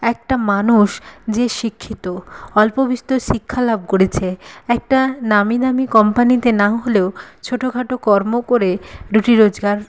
একটা মানুষ যে শিক্ষিত অল্প বিস্তর শিক্ষা লাভ করেছে একটা নামীদামি কোম্পানিতে না হলেও ছোটখাটো কর্ম করে রুটি রোজগার